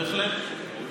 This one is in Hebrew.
בהחלט.